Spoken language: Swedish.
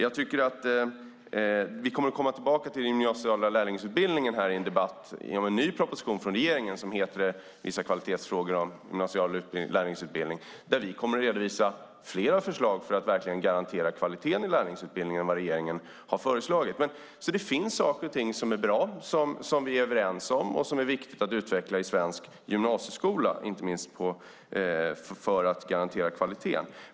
Vi kommer att komma tillbaka till den gymnasiala lärlingsutbildningen i en debatt om en ny proposition från regeringen som gäller vissa kvalitetsfrågor om gymnasial lärlingsutbildning, där vi kommer att redovisa fler förslag för att verkligen garantera kvaliteten i lärlingsutbildning än vad regeringen har föreslagit. Det finns saker och ting som är bra som vi är överens om och som är viktiga att utveckla i svensk gymnasieskola, inte minst för att garantera kvaliteten.